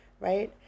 right